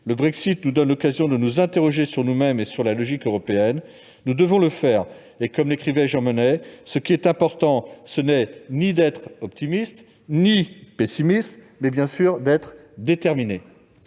Le Brexit nous donne l'occasion de nous interroger sur nous-mêmes et sur la logique européenne. Comme l'écrivait Jean Monnet, « ce qui est important, ce n'est ni d'être optimiste, ni d'être pessimiste, mais d'être déterminé